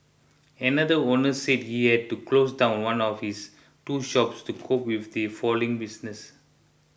another owner said he had to close down one of his two shops to cope with his failing business